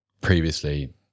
previously